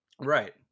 right